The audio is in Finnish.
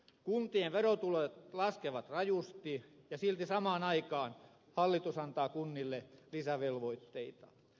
kuntien verotulot laskevat rajusti ja silti samaan aikaan hallitus antaa kunnille lisävelvoitteita